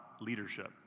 leadership